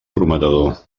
prometedor